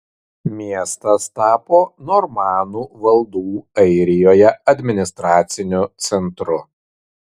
miestas tapo normanų valdų airijoje administraciniu centru